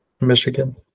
Michigan